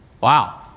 Wow